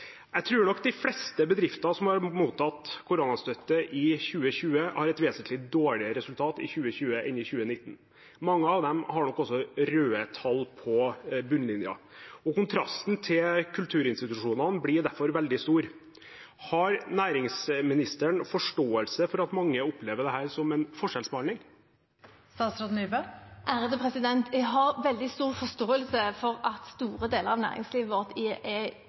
Jeg tror nok at de fleste bedrifter som har mottatt koronastøtte i 2020, har et vesentlig dårligere resultat i 2020 enn i 2019. Mange av dem har nok også røde tall på bunnlinjen, og kontrasten til kulturinstitusjonene blir derfor veldig stor. Har næringsministeren forståelse for at mange opplever dette som en forskjellsbehandling? Jeg har veldig stor forståelse for at store deler av næringslivet vårt er i